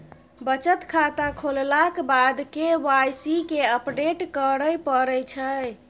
बचत खाता खोललाक बाद के वाइ सी केँ अपडेट करय परै छै